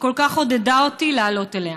שכל כך עודדה אותי לעלות אליה.